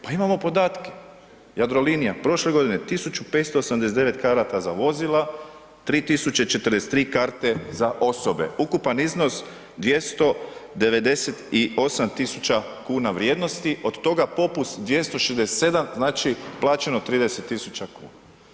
Pa imamo podatke, Jadrolinija, prošle godine, 1589 karata za vozila, 3043 karte za osobe, ukupan iznos 298 tisuća kuna vrijednosti, od toga popust 267, znači plaćeno 30 tisuća kuna.